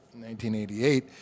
1988